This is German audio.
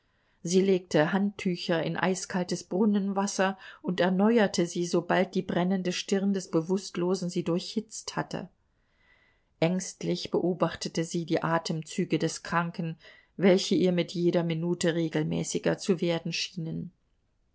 sie legte handtücher in eiskaltes brunnenwasser und erneuerte sie sobald die brennende stirn des bewußtlosen sie durchhitzt hatte ängstlich beobachtete sie die atemzüge des kranken welche ihr mit jeder minute regelmäßiger zu werden schienen